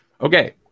Okay